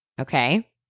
okay